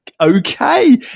Okay